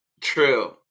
true